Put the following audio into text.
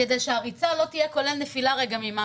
כדי שהריצה לא תהיה כוללת נפילה ממשהו.